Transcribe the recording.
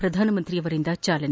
ಪ್ರಧಾನಮಂತ್ರಿಯವರಿಂದ ಚಾಲನೆ